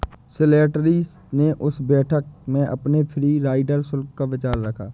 Slattery ने उस बैठक में अपने फ्री राइडर शुल्क का विचार रखा